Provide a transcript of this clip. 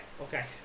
okay